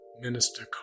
Minister